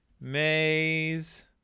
maze